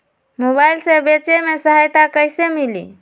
Mobile से बेचे में सहायता कईसे मिली?